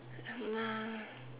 um uh